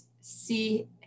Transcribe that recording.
see